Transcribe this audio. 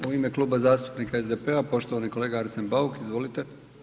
U ime Kluba zastupnika SDP-a poštovani kolega Arsen Bauk, izvolite.